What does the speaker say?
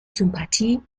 sympathie